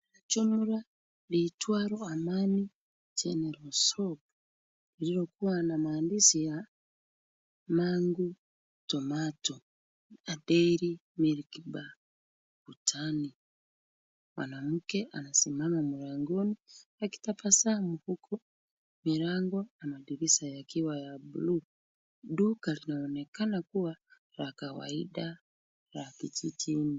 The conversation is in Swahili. Jumba liitwalo Amani General shop iliyokuwa na maandishi ya Mangu Tomato na Dairy Milk Bar ukutani. Mwanamke anasimama mlangoni akitabasamu, huku milango na madirisha yakiwa ya buluu. Duka laonekana kuwa la kawaida la kijijini.